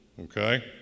Okay